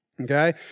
okay